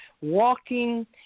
walking